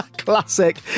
Classic